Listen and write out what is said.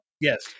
yes